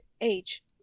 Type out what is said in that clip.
age